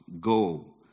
go